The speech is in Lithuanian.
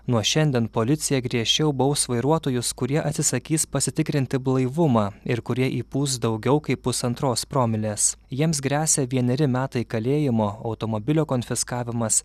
nuo šiandien policija griežčiau baus vairuotojus kurie atsisakys pasitikrinti blaivumą ir kurie įpūs daugiau kaip pusantros promilės jiems gresia vieneri metai kalėjimo automobilio konfiskavimas